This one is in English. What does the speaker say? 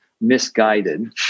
misguided